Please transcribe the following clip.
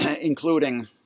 including